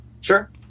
Sure